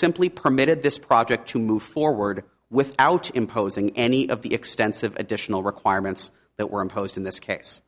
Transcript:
simply permitted this project to move forward without imposing any of the extensive additional requirements that were imposed in this case